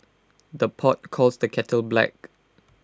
the pot calls the kettle black